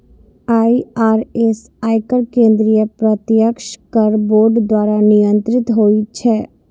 IRS, आयकर केंद्रीय प्रत्यक्ष कर बोर्ड द्वारा नियंत्रित होइ छै